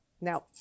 Now